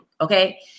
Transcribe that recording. okay